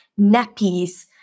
nappies